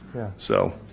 so,